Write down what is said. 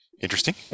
Interesting